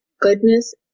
goodness